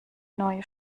neue